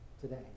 Today